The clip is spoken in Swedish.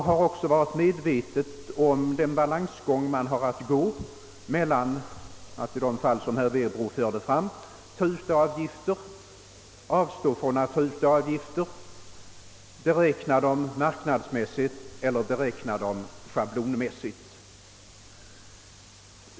Vi har också varit medvetna om den balansgång man har att gå när det gäller att i de fall, som herr Werbro redovisade, ta ut avgifter eller avstå från att ta ut avgifter, att beräkna avgifterna schablonmässigt eller beräkna dem marknadsmässigt.